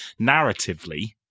narratively